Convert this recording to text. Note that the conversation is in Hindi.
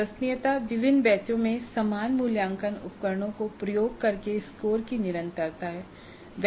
विश्वसनीयता विभिन्न बैचों में समान मूल्यांकन उपकरणों को प्रयोग करके स्कोर की निरंतरता है